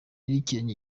y’ikirenge